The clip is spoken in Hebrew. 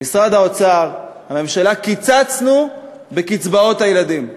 משרד האוצר, הממשלה, קיצצנו בקצבאות הילדים.